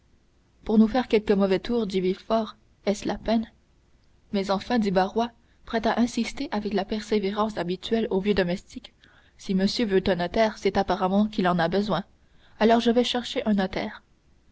pour nous faire quelque mauvais tour dit villefort est-ce la peine mais enfin dit barrois prêt à insister avec la persévérance habituelle aux vieux domestiques si monsieur veut un notaire c'est apparemment qu'il en a besoin ainsi je vais chercher un notaire